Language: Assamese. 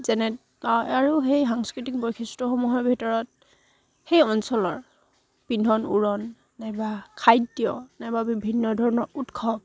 যেনে আৰু সেই সাংস্কৃতিক বৈশিষ্ট্যসমূহৰ ভিতৰত সেই অঞ্চলৰ পিন্ধন উৰণ নাইবা খাদ্য নাইবা বিভিন্ন ধৰণৰ উৎসৱ